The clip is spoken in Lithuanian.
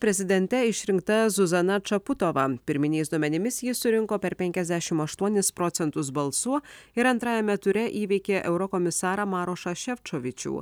prezidente išrinkta zuzana čaputova pirminiais duomenimis jis surinko per penkiasdešimt aštuonis procentus balsų ir antrajame ture įveikė eurokomisarą mariošą šefčovičių